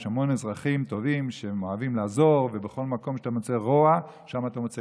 יש המון אזרחים טובים שאוהבים לעזור ובכל מקום שאתה מוצא אתה מוצא